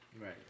Right